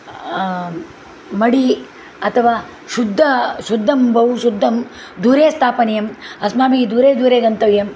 मडि अथवा शुद्ध शुद्धं बहु शुद्धं दूरे स्थापनीयम् अस्माभिः दूरे दूरे गन्तव्यं